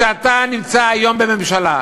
שאתה נמצא היום בממשלה,